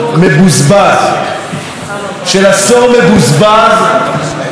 של עשור מבוזבז שבו ראש הממשלה נתניהו